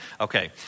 Okay